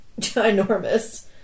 ginormous